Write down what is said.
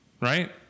Right